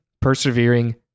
persevering